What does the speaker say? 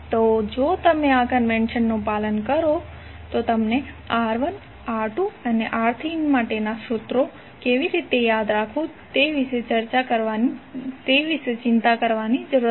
તો જો તમે આ કન્વેંશન નું પાલન કરો છો તો તમારે R1 R2 અને R3 માટેના સૂત્રો કેવી રીતે યાદ રાખવું તે વિશે ચિંતા કરવાની જરૂર નથી